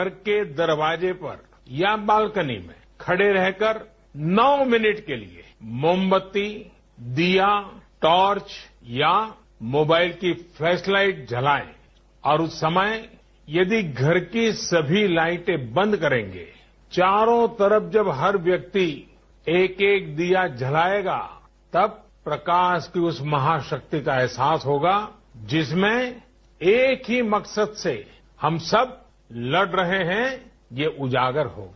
घर के दरवाजे पर या बालकनी में खड़े रहकर नौ मिनट के लिए मोमबत्ती दीया ट्रॉर्च या मोबाइल की फ्लैश लाइट जलाएं और उस समय यदि घर की सभी लाइटें बंद करेंगे चारों तरफ जब हर व्यक्ति एक एक दीया जलाएगा तब प्रकाश की उस महाशक्ति का अहसास होगा जिसमें एक ही मकसद से हम सब लड़ रहे हैं ये उजागर होगा